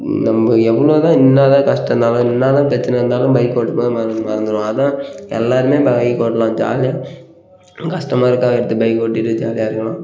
நம்ப எவ்வளோ தான் என்னா தான் கஷ்டம் இருந்தாலும் என்னா தான் பிரச்சனை இருந்தாலும் பைக் ஓட்டும் போது மற மறந்துடுவோம் அதுதான் எல்லோருமே பைக் ஓட்டலாம் ஜாலியாக கஷ்டமாக இருக்கா எடுத்து பைக் ஓட்டிகிட்டு ஜாலியாக இருக்கலாம்